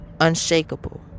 unshakable